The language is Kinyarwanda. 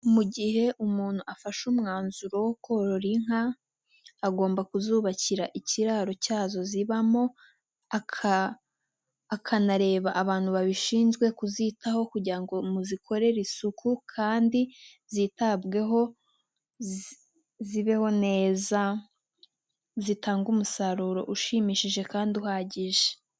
Mu gihe umuntu afashe umwanzuro wo korora inka, agomba kuzubakira ikiraro cyazo zibamo, akanareba abantu babishinzwe kuzitaho kugira ngo muzikorere isuku kandi zitabweho zibeho neza zitange umusaruro ushimishije kandi uhagije.